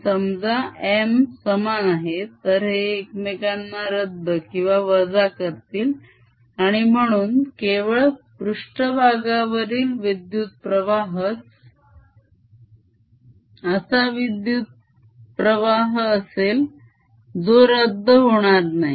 आणि समजा M समान आहे तर ते एकमेकांना रद्द वजा करतील आणि म्हणून केवळ पृष्ठभागावरील विद्युतप्रवाहाच असा विद्युत्प्रवाह असेल जो रद्द होणार नाही